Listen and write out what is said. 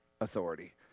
authority